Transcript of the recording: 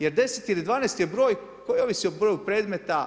Jer 10 ili 12 je broj koji ovisi o broju predmeta.